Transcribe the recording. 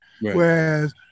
whereas